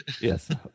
Yes